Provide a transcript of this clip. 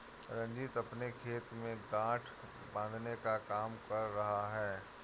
रंजीत अपने खेत में गांठ बांधने का काम कर रहा है